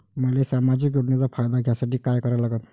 मले सामाजिक योजनेचा फायदा घ्यासाठी काय करा लागन?